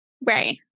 Right